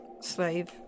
slave